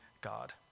God